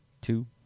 two